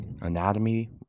Anatomy